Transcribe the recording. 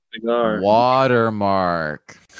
Watermark